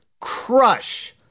crush